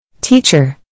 Teacher